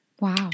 wow